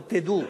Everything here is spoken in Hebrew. אבל תדעו,